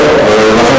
אם כך,